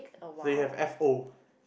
they have F_O